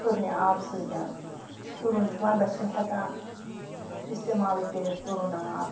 تُرنہِ آبہٕ سۭتۍ تُرُن چھُ وَنٛدَس چھِنہٕ ہٮ۪کان اِستعمالٕے کٔرِتھ تُرُن آب